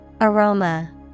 Aroma